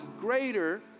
greater